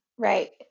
Right